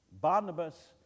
Barnabas